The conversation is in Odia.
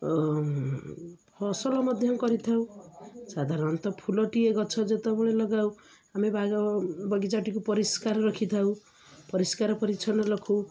ଫସଲ ମଧ୍ୟ କରିଥାଉ ସାଧାରଣତଃ ଫୁଲଟିଏ ଗଛ ଯେତେବେଳେ ଲଗାଉ ଆମେ ବାଗ ବଗିଚାଟିକୁ ପରିଷ୍କାର ରଖିଥାଉ ପରିଷ୍କାର ପରିଚ୍ଛନ୍ନ ରଖୁ